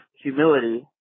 humility